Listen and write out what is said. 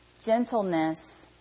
gentleness